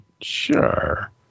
Sure